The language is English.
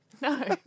No